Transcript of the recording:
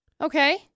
Okay